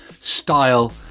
style